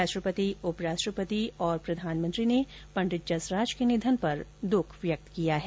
राष्ट्रपति उपराष्ट्रपति और प्रधानमंत्री ने पंडित जसराज के निधन पर द्ख व्यक्त किया है